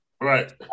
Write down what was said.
Right